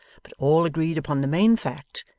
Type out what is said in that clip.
but all agreed upon the main fact,